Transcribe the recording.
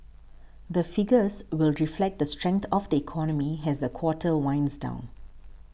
the figures will reflect the strength of the economy as the quarter winds down